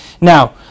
Now